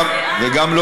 וגם לא